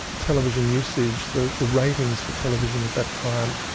television usage, the the ratings for television at that time,